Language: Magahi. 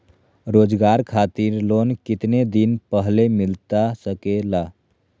रोजगार खातिर लोन कितने दिन पहले मिलता सके ला?